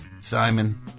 Simon